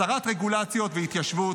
הסרת רגולציות והתיישבות.